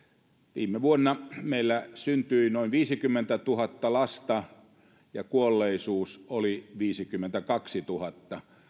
viime vuonna meillä syntyi noin viisikymmentätuhatta lasta ja kuolleisuus oli viisikymmentäkaksituhatta